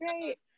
great